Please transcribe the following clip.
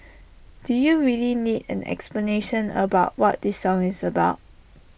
do you really need an explanation about what this song is about